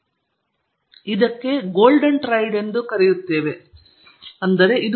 ಇದರ ಕಲ್ಪನೆ ಇದು ಗೋಲ್ಡನ್ ಟ್ರೈಡ್ ಎಂದು ಕರೆಯಲ್ಪಡುತ್ತದೆ